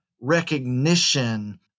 recognition